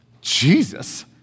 Jesus